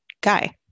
guy